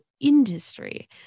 industry